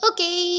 Okay